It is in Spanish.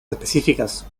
específicas